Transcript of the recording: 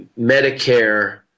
Medicare